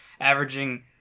averaging